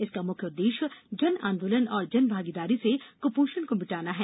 इसका मुख्य उद्देश्य जन आंदोलन और जनभागीदारी से कुपोषण को मिटाना है